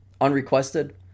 unrequested